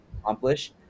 accomplish